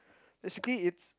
basically it's